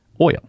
oil